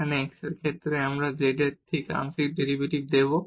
এখানে x এর ক্ষেত্রে আমরা z এর ঠিক আংশিক ডেরিভেটিভ নেব